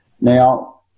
now